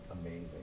amazing